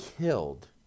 killed